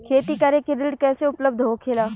खेती करे के ऋण कैसे उपलब्ध होखेला?